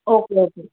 okay okay